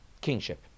kingship